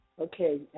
Okay